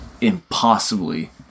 impossibly